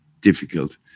difficult